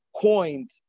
coined